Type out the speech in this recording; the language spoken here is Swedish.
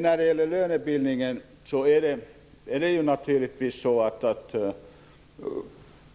När det gäller lönebildningen ser naturligtvis